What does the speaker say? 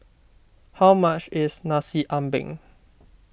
how much is Nasi Ambeng